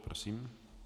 Prosím.